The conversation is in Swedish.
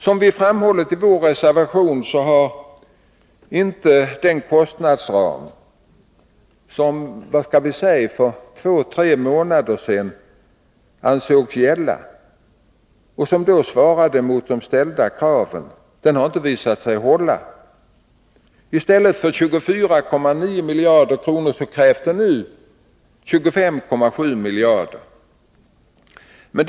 Som vi framhållit i vår reservation har den kostnadsram som för bara två tre månader sedan ansågs gälla för att svara mot de ställda kraven inte kunnat hållas. Det har nu visat sig att i stället för 24,9 miljarder kronor krävs det 25,7 miljarder kronor.